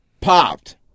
popped